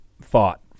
thought